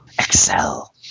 Excel